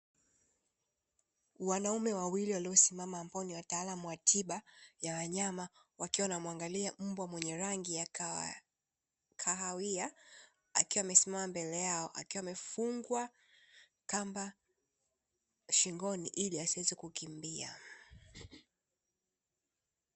Wanaume wawili waliosimama ambao ni wataalamu wa tiba ya wanyama, wakiwa wanamuangalia mbwa wenye rangi ya kahawia akiwa amesimama mbele yao akiwa amefungwa kamba shingoni ili asiweze kukimbia.